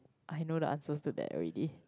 I know the answers to that already